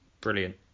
brilliant